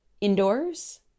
indoors